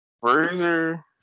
Bruiser